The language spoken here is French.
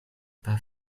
pas